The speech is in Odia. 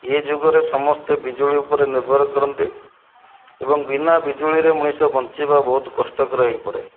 ଇଏ ଯୁଗରେ ସମସ୍ତେ ବିଜୁଳି ଉପରେ ନିର୍ଭର କରନ୍ତି ଏବଂ ବିନା ବିଜୁଳିରେ ମଣିଷ ବଞ୍ଚିବା ବହୁତ କଷ୍ଟକର ହେଇପଡ଼େ